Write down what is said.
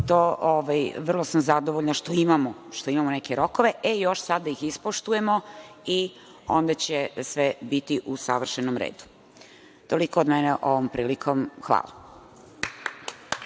Vrlo sam zadovoljna što imamo neke rokove, e sad još samo da ih ispoštujemo i onda će sve biti u savršenom redu. Toliko od mene ovom prilikom. Hvala.